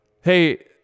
Hey